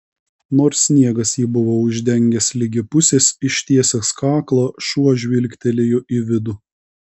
nors sniegas jį buvo uždengęs ligi pusės ištiesęs kaklą šuo žvilgtelėjo į vidų